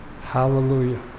Hallelujah